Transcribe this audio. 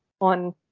on